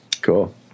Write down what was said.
cool